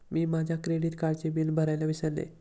मी माझ्या क्रेडिट कार्डचे बिल भरायला विसरले